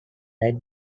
right